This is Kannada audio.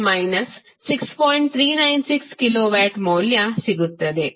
396 ಕಿಲೋವ್ಯಾಟ್ ಮೌಲ್ಯ ಸಿಗುತ್ತದೆ